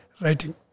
writing